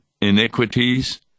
iniquities